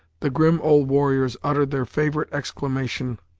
the grim old warriors uttered their favorite exclamation